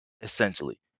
essentially